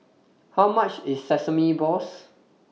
How much IS Sesame Balls